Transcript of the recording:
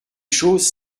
choses